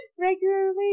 regularly